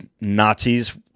Nazis